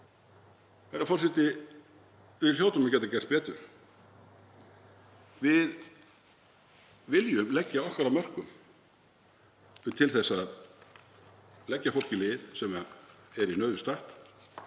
Herra forseti. Við hljótum að geta gert betur. Við viljum leggja okkar af mörkum til að leggja fólki lið sem er í nauðum statt.